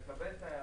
אני מקבל את ההערה.